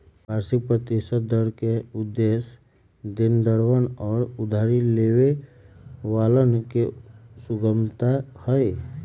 वार्षिक प्रतिशत दर के उद्देश्य देनदरवन और उधारी लेवे वालन के सुगमता हई